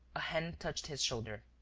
a hand touched his shoulder.